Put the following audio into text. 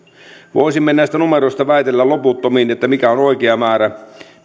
voisimme näistä numeroista väitellä loputtomiin mikä on oikea määrä